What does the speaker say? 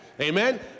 Amen